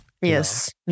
Yes